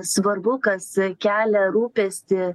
svarbu kas kelia rūpestį